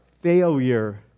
failure